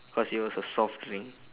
because it was soft drink